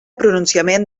pronunciament